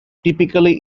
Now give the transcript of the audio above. typically